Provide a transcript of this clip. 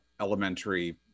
elementary